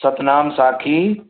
Satnam Sakhi